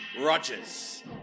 Rodgers